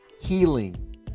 healing